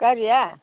गारिया